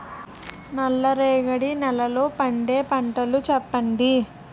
నల్ల రేగడి నెలలో పండే పంటలు చెప్పండి?